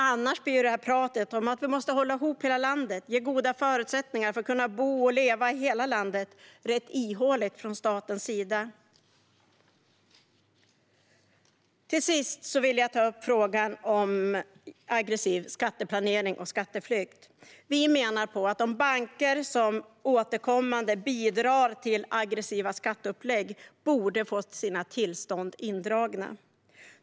Annars blir pratet om att vi måste hålla ihop hela landet och ge goda förutsättningar för att kunna bo och leva i hela landet rätt ihåligt från statens sida. Till sist vill jag ta upp frågan om aggressiv skatteplanering och skatteflykt. Vi menar att de banker som återkommande bidrar till aggressiva skatteupplägg borde få sina tillstånd indragna.